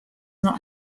not